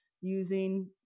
using